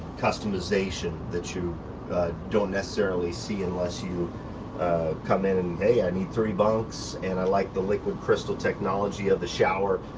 customization that you don't necessarily see unless you come in, and hey, i need three bunks, and i like the liquid crystal technology of the shower,